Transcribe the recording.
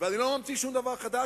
ואני לא ממציא פה שום דבר חדש,